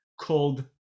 called